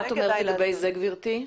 מה את אומר לגבי זה, גברתי?